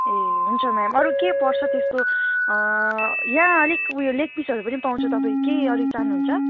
ए हुन्छ म्याम अरू के पर्छ त्यस्तो यहाँ अलिक ऊ यो लेग पिसहरू पनि पाउँछ तपाईँ केही अरू चाहनुहुन्छ